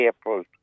April